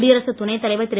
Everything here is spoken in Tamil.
குடியரசுத் துணைத் தலைவர் திரு